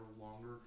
longer